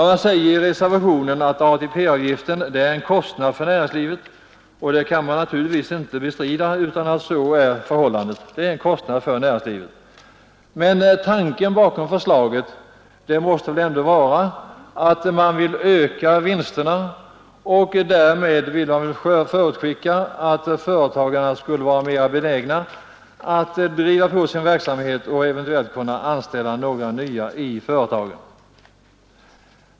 / Man säger i reservationen att ATP-avgiften är en kostnad för näringslivet. Riktigheten av det påståendet kan naturligtvis inte bestridas. Men tanken bakom förslaget måste väl vara att man vill öka vinsterna, och därmed förutskickar man att företagarna skall vara mer benägna att öka sin verksamhet och eventuellt anställa några nya i företagen.